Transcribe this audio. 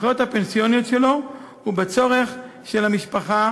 בזכויות הפנסיוניות שלו ובצורך של המשפחה